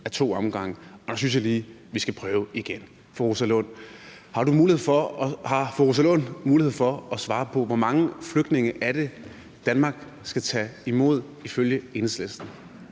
af to omgange, og nu synes jeg lige, vi skal prøve igen: Har fru Rosa Lund mulighed for at svare på, hvor mange flygtninge Danmark skal tage imod ifølge Enhedslisten?